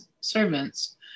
servants